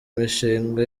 mishinga